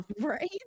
right